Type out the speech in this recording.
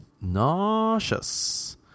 Nauseous